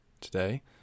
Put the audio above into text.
today